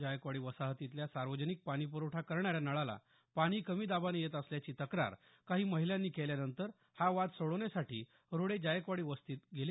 जायकवाडी वसाहतीतल्या सार्वजनिक पाणीपुरवठा करणाऱ्या नळाला पाणी कमी दाबानं येत असल्याची तक्रार काही महिलांनी केल्यानंतर हा वाद सोडवण्यासाठी रोडे जायकवाडी वसाहतीत गेले